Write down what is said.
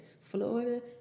Florida